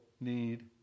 need